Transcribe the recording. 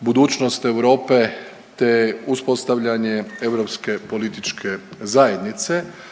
budućnost Europe te uspostavljanje europske političke zajednice,